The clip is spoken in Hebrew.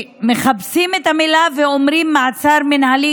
מכבסים את המילה ואומרים מעצר מינהלי,